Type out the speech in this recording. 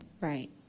Right